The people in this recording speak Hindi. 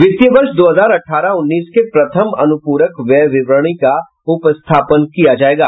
वित्तीय वर्ष दो हजार अठारह उन्नीस के प्रथम अनुप्रक व्यय विवरणी का उपस्थापन किया जायेगा